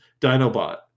Dinobot